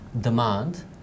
demand